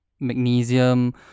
magnesium